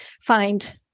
find